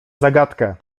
zagadkę